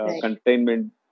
containment